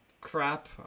crap